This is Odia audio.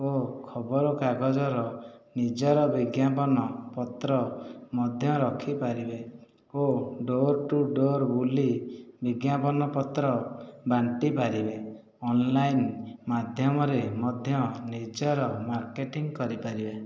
ଓ ଖବରକାଗଜର ନିଜର ବିଜ୍ଞାପନପତ୍ର ମଧ୍ୟ ରଖିପାରିବେ ଓ ଡୋର୍ ଟୁ ଡୋର୍ ବୁଲି ବିଜ୍ଞାପନପତ୍ର ବାଣ୍ଟିପାରିବେ ଅନଲାଇନ୍ ମାଧ୍ୟମରେ ମଧ୍ୟ ନିଜର ମାର୍କେଟିଂ କରିପାରିବେ